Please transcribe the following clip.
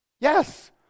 Yes